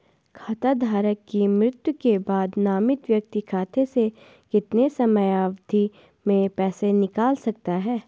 खाता धारक की मृत्यु के बाद नामित व्यक्ति खाते से कितने समयावधि में पैसे निकाल सकता है?